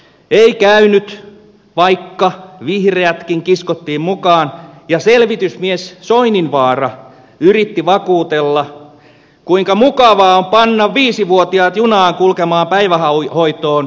ei käynyt vaikka vihreätkin kiskottiin mukaan ja selvitysmies soininvaara yritti vakuutella kuinka mukavaa on panna viisivuotiaat junaan kulkemaan päivähoitoon kauas kotoa